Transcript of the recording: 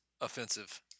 offensive